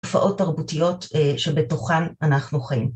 תופעות תרבותיות שבתוכן אנחנו חיים.